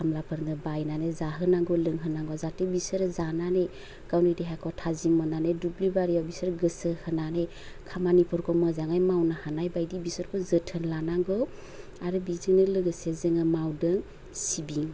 खामलाफोरनो बायनानै जाहोनांगौ लोंहोनांगौ जाथे बिसोरो जानानै गावनि देहाखौ थाजिम मोननानै दुब्लि बारियाव बिसोर गोसो होनानै खामानिफोरखौ मोजाङै मावनो हानाय बायदि बिसोरखौ जोथोन लानांगौ आरो बिजोंनो लोगोसे जोङो मावदों सिबिं